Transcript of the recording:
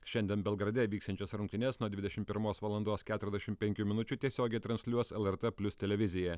šiandien belgrade vyksiančias rungtynes nuo dvidešim pirmos valandos keturiasdešim penkių minučių tiesiogiai transliuos lrt plius televizija